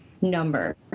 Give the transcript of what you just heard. number